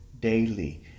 daily